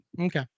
Okay